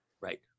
Right